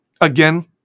again